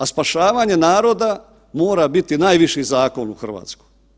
A spašavanje naroda mora biti najviši zakon u Hrvatskoj.